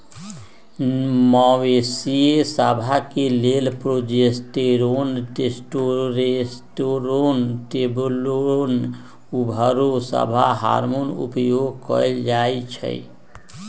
मवेशिय सभ के लेल प्रोजेस्टेरोन, टेस्टोस्टेरोन, ट्रेनबोलोन आउरो सभ हार्मोन उपयोग कयल जाइ छइ